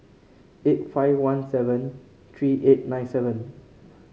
eight five one seven three eight nine seven